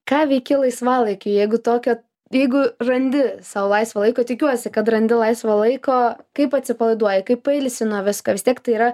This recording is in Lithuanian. ką veiki laisvalaikiu jeigu tokia jeigu randi sau laisvo laiko tikiuosi kad randi laisvo laiko kaip atsipalaiduoji kaip pailsi nuo visko vis tiek tai yra